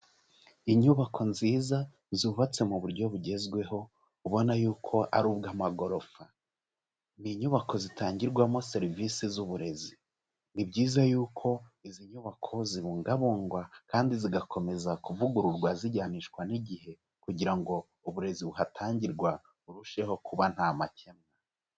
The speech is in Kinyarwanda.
Inyubako nziza zubatse mu buryo bugezweho, ubona yuko ari ubw'amagorofa. Ni inyubako zitangirwamo serivisi z'uburezi. Ni byiza yuko izi nyubako zibungabungwa kandi zigakomeza kuvugururwa zijyanishwa n'igihe, kugira ngo uburezi buhatangirwa burusheho kuba nta makemwa.